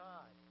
God